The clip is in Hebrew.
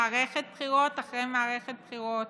מערכת בחירות אחרי מערכת בחירות,